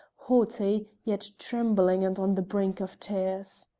haughty, yet trembling and on the brink of tears.